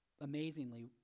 amazingly